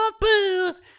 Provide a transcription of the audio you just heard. booze